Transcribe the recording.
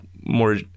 more